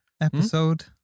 episode